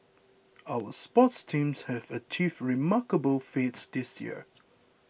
our sports teams have achieved remarkable feats this year